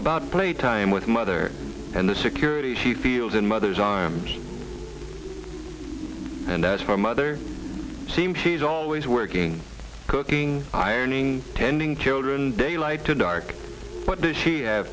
about playtime with mother and the security she feels in mother's arms and as her mother seems she's always working cooking ironing tending children daylight to dark what does she have